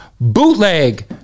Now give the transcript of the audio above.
bootleg